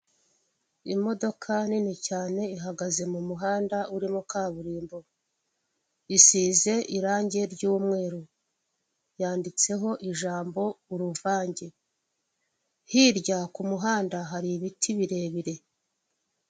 Imodoka nini cyane ihagaze mu muhanda urimo kaburimbo, isize irange ry'umweru yanditseho ijambo uruvange, hirya ku muhanda hari ibiti birebire.